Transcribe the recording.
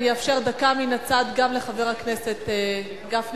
אאפשר דקה מן הצד גם לחבר הכנסת גפני,